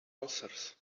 ulcers